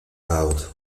out